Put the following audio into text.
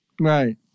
right